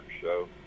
show